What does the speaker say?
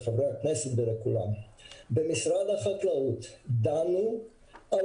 לחברי הכנסת ולכולם שבמשרד החקלאות דנו על